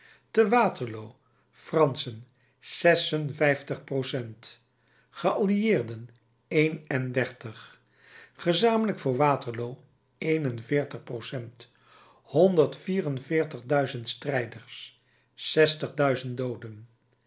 te waterloo franschen zesenvijftig percent gealliëerden eenendertig gezamenlijk voor waterloo eenenveertig percent honderd vierenveertig duizend strijders zestigduizend dooden